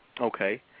Okay